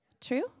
True